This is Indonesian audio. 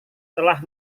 telah